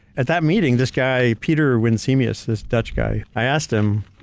at that meeting, this guy pieter winsemius, this dutch guy, i asked him,